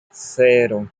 cero